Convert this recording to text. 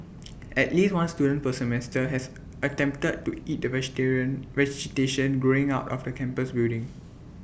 at least one student per semester has attempted to eat the vegetarian vegetation growing out of the campus building